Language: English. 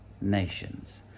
nations